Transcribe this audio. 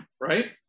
right